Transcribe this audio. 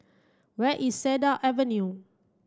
where is Cedar Avenue